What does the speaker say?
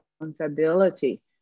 responsibility